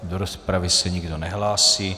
Do rozpravy se nikdo nehlásí.